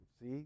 See